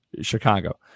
chicago